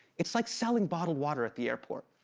it's like selling bottled water at the airport.